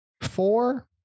four